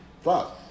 Fuck